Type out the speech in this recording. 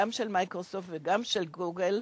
גם של "מיקרוסופט" וגם של "גוגל",